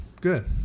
Good